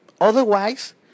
otherwise